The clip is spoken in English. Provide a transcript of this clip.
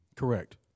correct